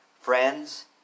Friends